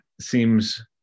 seems